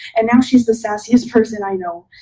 and now she's the sassiest person i know.